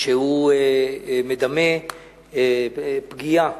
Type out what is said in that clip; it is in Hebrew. שמדמה פגיעה,